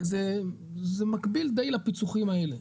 זה מקביל די לפיצוחים האלה.